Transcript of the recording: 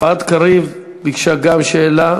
גם יפעת קריב ביקשה שאלה.